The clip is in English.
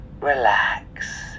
relax